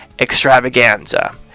extravaganza